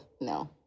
no